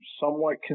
somewhat